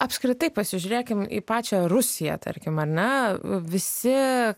apskritai pasižiūrėkim į pačią rusiją tarkim ar ne visi